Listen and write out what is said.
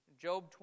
Job